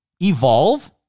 Evolve